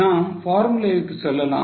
நாம் formulae க்கு செல்லலாம்